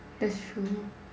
that's true